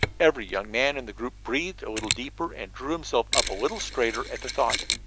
every young man in the group breathed a little deeper and drew himself up a little straighter at the thought.